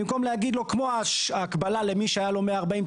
במקום להגיד לו כמו ההקבלה למי שהיה לו 140,